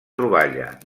troballa